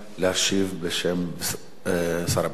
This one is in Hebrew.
להשיב בשם שר הביטחון.